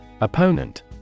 Opponent